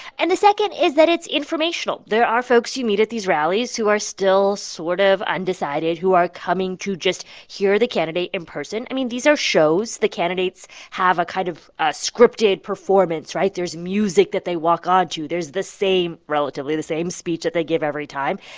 and the second is that it's informational. there are folks you meet at these rallies who are still sort of undecided, who are coming to just hear the candidate in person. i mean, these are shows. the candidates have a kind of ah scripted performance, right? there's music that they walk on to. there's the same relatively the same speech that they give every time.